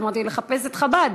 אמרתי: לחפש את חב"ד.